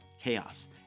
chaos